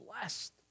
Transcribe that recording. blessed